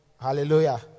Hallelujah